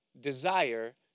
desire